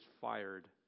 fired